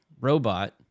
robot